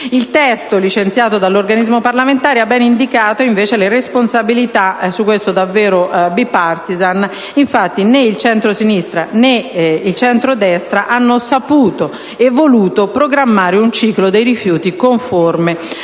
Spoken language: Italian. Il testo licenziato dall'organismo parlamentare ha ben indicato le responsabilità, al riguardo davvero *bipartisan*: infatti, né il centrosinistra, né il centrodestra hanno saputo e voluto programmare un ciclo dei rifiuti conforme